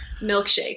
Milkshake